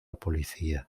policía